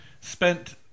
spent